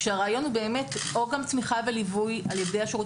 כשהרעיון הוא באמת או גם תמיכה וליווי על-ידי השרות